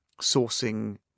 sourcing